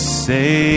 say